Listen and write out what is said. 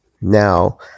Now